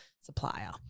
supplier